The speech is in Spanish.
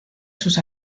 sus